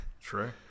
true